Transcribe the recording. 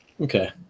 Okay